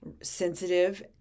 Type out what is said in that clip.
sensitive